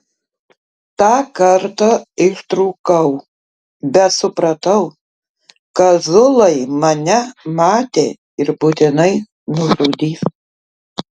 tą kartą ištrūkau bet supratau kad zulai mane matė ir būtinai nužudys